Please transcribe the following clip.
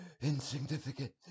insignificant